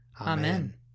Amen